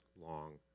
long